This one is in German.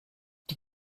die